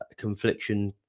confliction